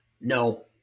No